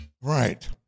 Right